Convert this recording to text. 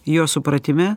jo supratime